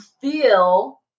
feel